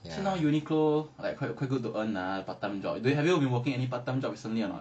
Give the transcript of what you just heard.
actually now uniqlo like quite quite good to earn ah part time job do have you been working any part time job recently or not